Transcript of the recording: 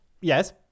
yes